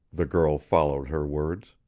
the girl followed her words.